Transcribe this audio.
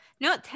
no